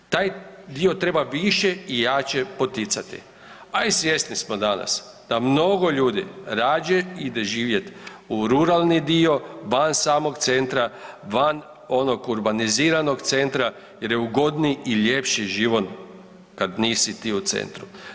Taj dio treba više i jače poticati a i svjesni smo danas da mnogo ljudi radije ide živjet u ruralni dio, van samog centra, van onog urbaniziranog centra jer je ugodniji i ljepši život kad nisi ti u centru.